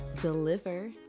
Deliver